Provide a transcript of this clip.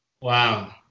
Wow